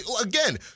again